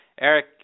eric